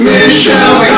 Michelle